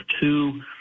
two